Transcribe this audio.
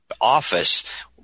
office